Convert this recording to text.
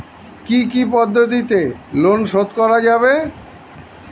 কি কি পদ্ধতিতে লোন শোধ করা যাবে?